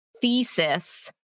thesis